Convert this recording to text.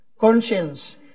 conscience